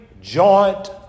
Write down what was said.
joint